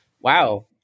Wow